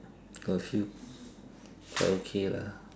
got a few quite okay lah